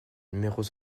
numéros